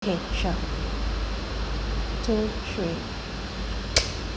okay sure two three